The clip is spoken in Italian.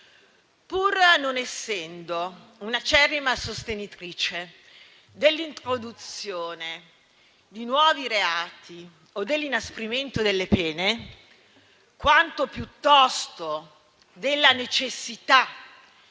Pur non essendo una acerrima sostenitrice dell'introduzione di nuovi reati o dell'inasprimento delle pene, quanto piuttosto della necessità